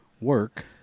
work